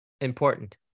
important